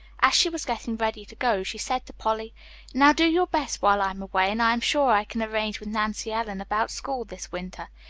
as she was getting ready to go, she said to polly now do your best while i'm away, and i am sure i can arrange with nancy ellen about school this winter.